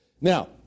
Now